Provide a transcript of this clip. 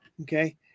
Okay